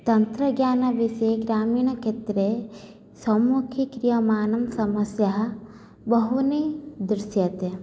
तन्त्रज्ञानविषये ग्रामीणक्षेत्रे सम्मुखीक्रियमाणं समस्याः बहूनि दृश्यन्ते